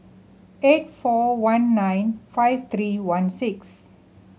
eight four one nine five three one six